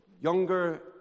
younger